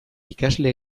ikasle